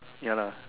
ya lah